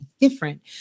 different